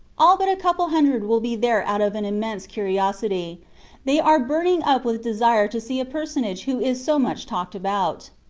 all but a couple of hundred will be there out of an immense curiosity they are burning up with desire to see a personage who is so much talked about.